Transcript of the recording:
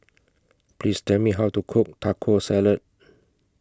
Please Tell Me How to Cook Taco Salad